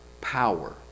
power